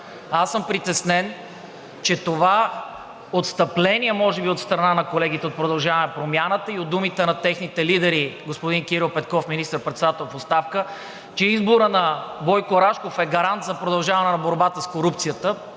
Аз съм притеснен, че това отстъпление може би от страна на колегите от „Продължаваме Промяната“ и от думите на техните лидери господин Кирил Петков – министър-председател в оставка, че изборът на Бойко Рашков е гарант за продължаване на борбата с корупцията